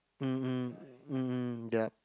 um um um um yup